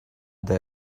that